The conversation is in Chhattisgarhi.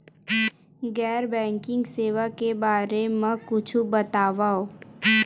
गैर बैंकिंग सेवा के बारे म कुछु बतावव?